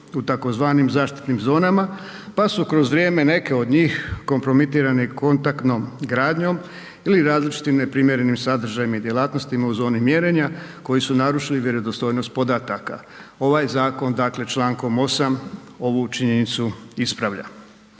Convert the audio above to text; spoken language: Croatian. u tzv. zaštitnim zonama pa su kroz vrijeme neke od njih kompromitirane kontaktom gradnjom ili različitim neprimjerenim sadržajima i djelatnostima u zoni mjerenja koji su narušili vjerodostojnost podataka. Ovaj zakon dakle člankom 8. ovu činjenicu ispravlja.